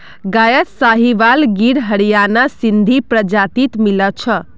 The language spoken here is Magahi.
गायत साहीवाल गिर हरियाणा सिंधी प्रजाति मिला छ